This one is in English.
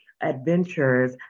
adventures